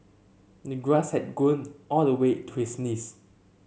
grass had grown all the way to his knees